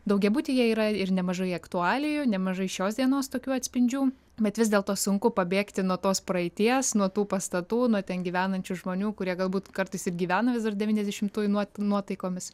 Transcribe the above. daugiabutyje yra ir nemažai aktualijų nemažai šios dienos tokių atspindžių bet vis dėlto sunku pabėgti nuo tos praeities nuo tų pastatų nuo ten gyvenančių žmonių kurie galbūt kartais ir gyvena vis dar devyniasdešimtųjų nuot nuotaikomis